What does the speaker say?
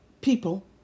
people